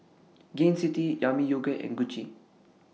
Gain City Yami Yogurt and Gucci